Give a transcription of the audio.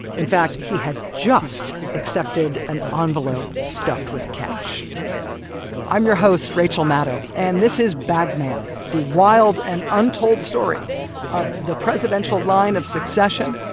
in fact, he had just accepted an ah envelope stuffed with cash i'm your host rachel maddow. and this is bag man the wild and untold story of the presidential line of succession,